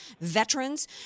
veterans